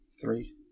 three